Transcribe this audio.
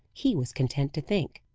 he was content to think.